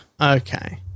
Okay